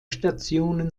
stationen